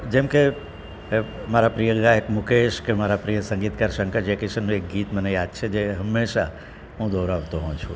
જેમકે મારા પ્રિય ગાયક મુકેશ કે મારા પ્રિય સંગીતકાર શંકર જય કિશનનું એક ગીત મને યાદ છે કે જે હંમેશા હું દોહરાવતો હોઉં છું